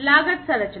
लागत संरचना